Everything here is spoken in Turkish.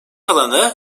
alanı